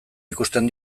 ikusten